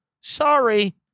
Sorry